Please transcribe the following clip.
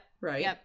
Right